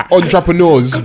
Entrepreneurs